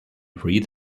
reed